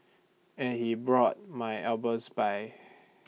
and he brought my albums by